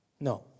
No